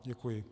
Děkuji.